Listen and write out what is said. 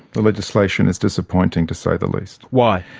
the legislation is disappointing to say the least. why?